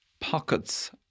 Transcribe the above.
pockets